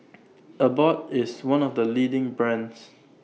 Abbott IS one of The leading brands